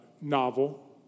novel